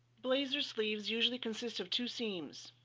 blazer sleeves, usually consists of two seams,